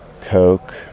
Coke